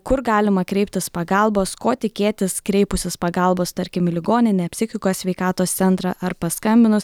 kur galima kreiptis pagalbos ko tikėtis kreipusis pagalbos tarkim į ligoninę psichikos sveikatos centrą ar paskambinus